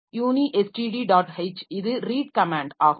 h இது read command ஆகும்